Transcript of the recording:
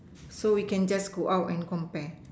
so we can just go out and compare